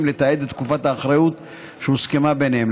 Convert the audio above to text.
לתעד את תקופת האחריות שהוסכמה ביניהם.